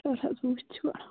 یۅس حظ ہُہ چھِ